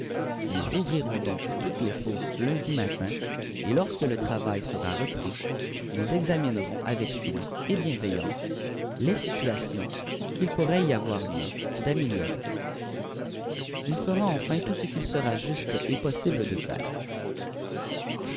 nous rouvrirons donc toutes les fosses lundi matin et lorsque le travail sera repris nous examinerons avec soin et bienveillance les situations qu'il pourrait y avoir lieu d'améliorer nous ferons enfin tout ce qu'il sera juste et possible de faire